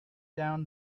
down